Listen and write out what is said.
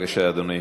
בבקשה, אדוני.